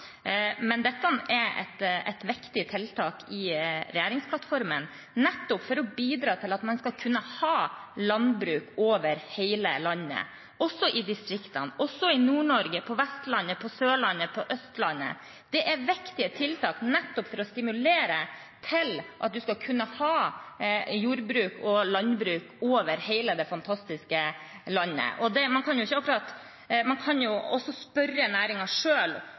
Men dette er et viktig tiltak i regjeringsplattformen, nettopp for å bidra til at man skal kunne ha landbruk over hele landet, også i distriktene – i Nord-Norge, på Vestlandet, på Sørlandet, på Østlandet. Det er viktige tiltak nettopp for å stimulere til at man skal kunne ha landbruk over hele det fantastiske landet. Man kan jo